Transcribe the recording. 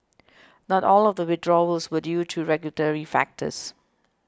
not all of the withdrawals were due to regulatory factors